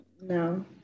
No